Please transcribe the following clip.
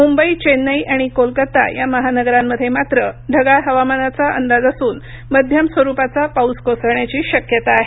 मुंबई चेन्नई आणि कोलकता या महानगरांमध्ये मात्र ढगाळ हवामानाचा अंदाज असून मध्यम स्वरूपाचा पाऊस कोसळण्याची शक्यता आहे